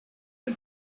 the